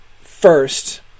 First